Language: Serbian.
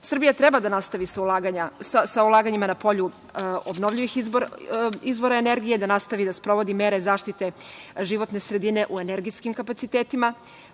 dobiti. Srbija treba da nastavi sa ulaganjima na polju obnovljivih izvora energije, da nastavi da sprovodi mere zaštite životne sredine u energetskim kapacitetima.